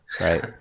right